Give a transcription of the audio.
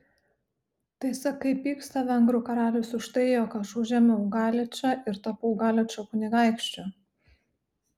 tai sakai pyksta vengrų karalius už tai jog aš užėmiau galičą ir tapau galičo kunigaikščiu